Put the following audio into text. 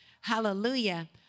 hallelujah